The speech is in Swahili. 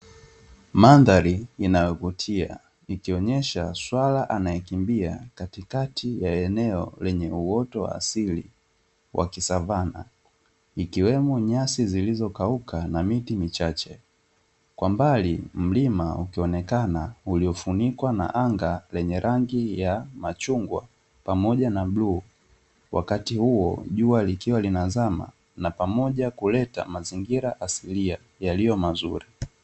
Mandhari inayovutia ikionyesha swala anayekimbia katikati ya eneo lenye uoto wa asili wa kisavana. Ikiwemo nyasi zilizokauka na miti michache, kwa mbali mlima ukionekana uliofunikwa na anga lenye rangi ya machungwa pamoja na bluu, wakati huo jua likiwa linazama na pamoja kuleta mazingira asilia yaliyomazuri.